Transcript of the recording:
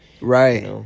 Right